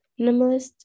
minimalist